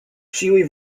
ĉiuj